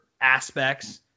aspects